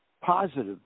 positive